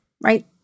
right